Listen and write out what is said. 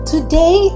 Today